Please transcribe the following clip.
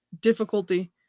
difficulty